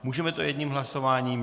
Můžeme to jedním hlasováním?